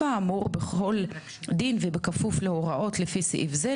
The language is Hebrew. האמור בכל דין ובכפוף להוראות לפי סעיף זה,